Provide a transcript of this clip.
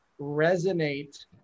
resonate